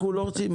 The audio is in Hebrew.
אנחנו לא רוצים.